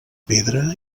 pedra